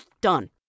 done